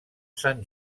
sant